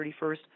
31st